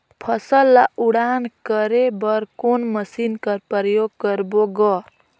फसल ल उड़ान करे बर कोन मशीन कर प्रयोग करबो ग?